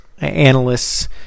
analysts